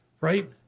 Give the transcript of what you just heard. right